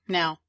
now